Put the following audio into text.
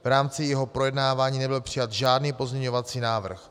V rámci jeho projednávání nebyl přijat žádný pozměňovací návrh.